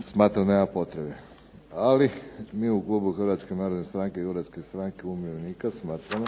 smatram da nema potrebe. Ali mi u klubu Hrvatske narodne stranke i Hrvatske stranke umirovljenika smatramo